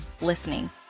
listening